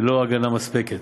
בלא הגנה מספקת.